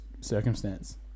circumstance